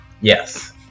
Yes